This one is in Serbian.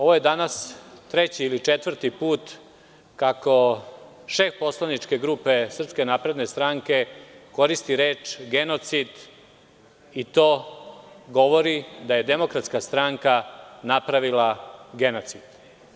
Ovo je danas treći ili četvrti put kako šef poslaničke grupe SNS koristi reč genocid i to govori da je DS napravila genocid.